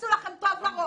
תכניסו את זה טוב לראש.